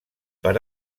per